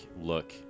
look